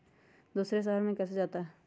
दूसरे शहर मे कैसे जाता?